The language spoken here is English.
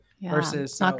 Versus